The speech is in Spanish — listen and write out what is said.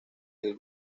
del